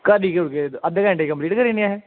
केह् अद्धे घैंटे च कम्पलीट करी ओड़नी असें